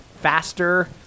faster